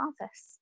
office